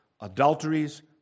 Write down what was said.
Adulteries